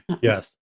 Yes